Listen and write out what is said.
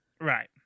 right